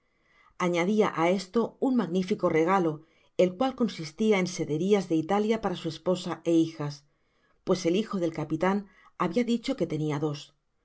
añadia á esto un magnifico regalo el cual consistia en sederias de italia para su esposa é hijas pues el hijo del capitan babia dicho que tenia dos